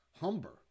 Humber